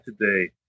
today